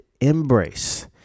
embrace